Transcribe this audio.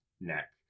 neck